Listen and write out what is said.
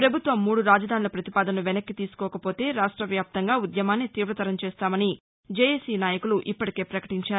ప్రభుత్వం మూడు రాజధాసుల ప్రతిపాదనను వెనక్కి తీసుకోకపోతే రాష్ట వ్యాప్తంగా ఉద్యమాన్ని తీవతరం చేస్తామని జెఎసీ నాయకులు ఇప్పటికే పకటించారు